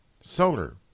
solar